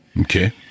Okay